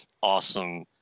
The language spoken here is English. awesome